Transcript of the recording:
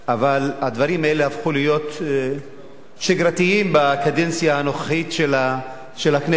אבל הדברים האלה הפכו להיות שגרתיים בקדנציה הנוכחית של הכנסת.